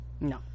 no